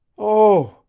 oh,